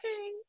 okay